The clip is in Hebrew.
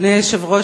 אדוני היושב-ראש,